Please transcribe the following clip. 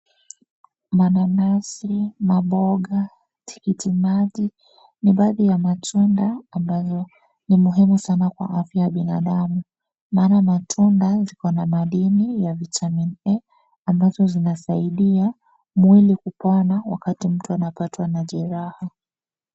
Mananasi, maboga, tikiti maji ni baadhi ya matunda ambazo ni muhimu sana kwa afya wa binadamu. Mara matunda ziko na madini ya vitamin A ambayo inasaidia mwili kupona wakati mtu anapatwa na jeraha.